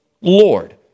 Lord